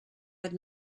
had